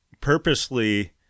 purposely